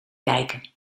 kijken